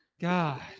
God